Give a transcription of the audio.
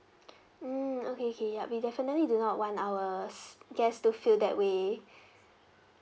mm okay okay yup we definitely do not want ours guest to feel that way